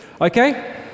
Okay